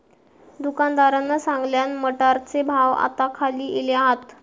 दुकानदारान सांगल्यान, मटारचे भाव आता खाली इले हात